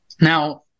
now